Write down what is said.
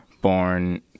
born